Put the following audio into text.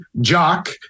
jock